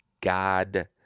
God